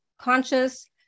conscious